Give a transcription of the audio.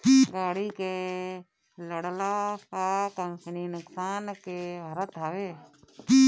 गाड़ी के लड़ला पअ कंपनी नुकसान के भरत हवे